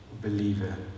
believer